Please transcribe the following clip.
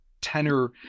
tenor